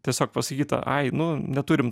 tiesiog pasakyta ai nu neturim